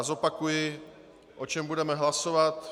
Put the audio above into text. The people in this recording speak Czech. Zopakuji, o čem budeme hlasovat.